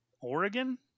Oregon